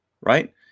right